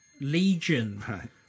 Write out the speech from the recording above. legion